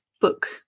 book